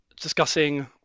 discussing